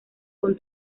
con